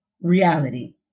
reality